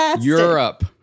Europe